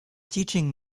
teaching